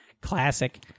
classic